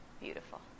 Beautiful